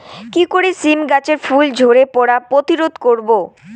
কি করে সীম গাছের ফুল ঝরে পড়া প্রতিরোধ করব?